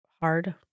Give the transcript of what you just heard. hard